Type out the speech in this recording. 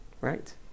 right